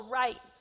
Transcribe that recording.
right